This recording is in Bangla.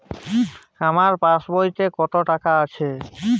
আমার পাসবইতে কত টাকা আছে?